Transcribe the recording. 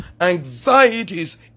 anxieties